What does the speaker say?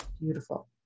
Beautiful